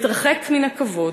מתרחק מן הכבוד,